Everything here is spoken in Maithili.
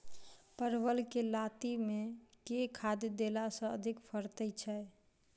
परवल केँ लाती मे केँ खाद्य देला सँ अधिक फरैत छै?